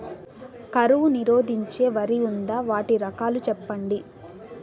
కరువు నిరోధించే వరి ఉందా? వాటి రకాలు చెప్పండి?